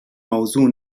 موضوع